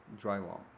Drywall